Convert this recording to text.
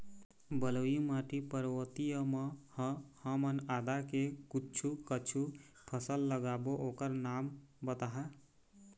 बलुई माटी पर्वतीय म ह हमन आदा के कुछू कछु फसल लगाबो ओकर नाम बताहा?